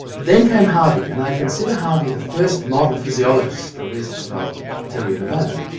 then came harvey, and i consider harvey the first modern physiologist, for reasons that i'll tell you in a moment,